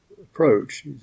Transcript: approach